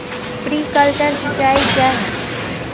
Sprinkler सिंचाई क्या है?